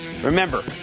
Remember